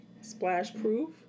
Splash-proof